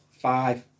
five